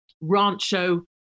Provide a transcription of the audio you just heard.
Rancho